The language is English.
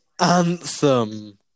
Anthem